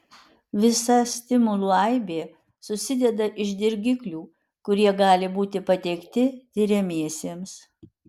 visa stimulų aibė susideda iš dirgiklių kurie gali būti pateikti tiriamiesiems